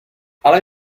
ale